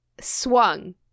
swung